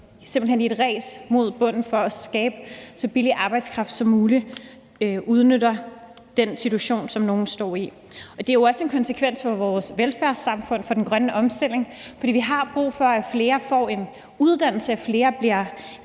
simpelt hen i et ræs mod bunden for at skabe så billig arbejdskraft som muligt, udnytter den situation, som nogle står i. Det har jo også en konsekvens for vores velfærdssamfund, for den grønne omstilling, fordi vi har brug for, at flere får en uddannelse, at flere bliver